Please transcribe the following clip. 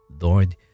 Lord